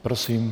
Prosím.